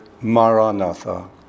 Maranatha